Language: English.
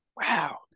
wow